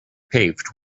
paved